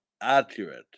accurate